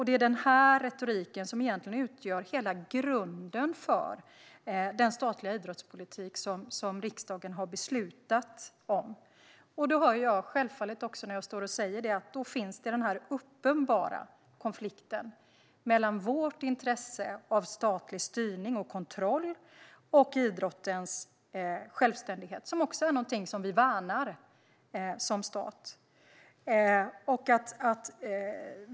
Det är den här retoriken som egentligen utgör hela grunden för den statliga idrottspolitik som riksdagen har beslutat om. Självfallet hör jag när jag säger detta den uppenbara konflikten mellan vårt intresse av statlig styrning och kontroll och idrottens självständighet, som också är någonting som vi som stat värnar.